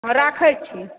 आब राखै छी